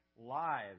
lives